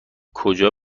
کجا